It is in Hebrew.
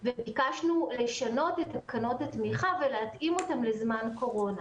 וביקשנו לשנות את תקנות התמיכה ולהתאים אותם לזמן קורונה.